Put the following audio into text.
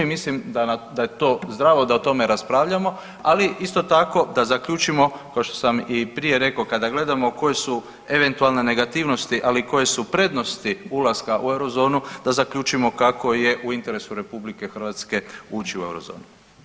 Mislim da je to zdravo da o tome raspravljamo, ali isto tako da zaključimo kao što sam i prije rekao kada gledamo koje su eventualno negativnosti, ali i koje su prednosti ulaska u euro zonu da zaključimo kako je u interesu Republike Hrvatske ući u euro zonu.